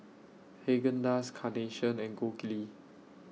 Haagen Dazs Carnation and Gold Kili